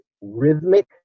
rhythmic